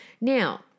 Now